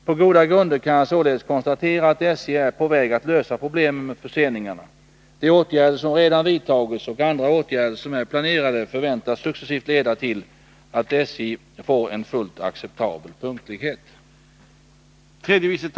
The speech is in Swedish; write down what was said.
På goda grunder kan jag således konstatera att SJ är på väg att lösa problemen med förseningarna. De åtgärder som redan vidtagits och andra åtgärder som är planerade förväntas successivt leda till att SJ får en fullt acceptabel punktlighet.